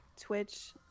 Twitch